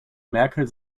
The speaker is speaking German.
merkel